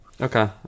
Okay